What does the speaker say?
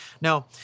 Now